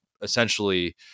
essentially